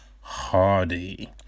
Hardy